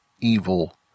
evil